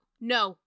no